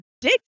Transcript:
Dick